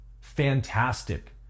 fantastic